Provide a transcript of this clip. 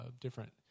different